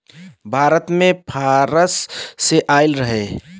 भारत मे फारस से आइल रहे